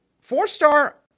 four-star